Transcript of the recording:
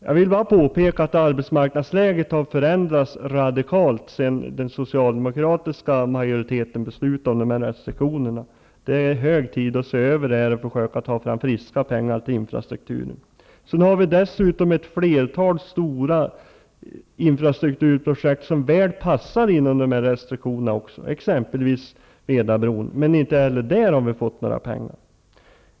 Jag vill då påpeka att arbetsmarknadsläget har förändrats radikalt sedan den socialdemokratiska riksdagsmajoriteten beslutade om dessa restriktioner. Det är nu hög tid att se över detta och att försöka få fram friska pengar till infrastrukturen. Det finns dessutom ett flertal stora infrastrukturprojekt som väl passar inom ramen för de här restriktionerna, exempelvis Vedabron. Men inte heller för detta har vi fått några pengar.